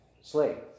slave